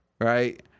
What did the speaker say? right